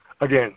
Again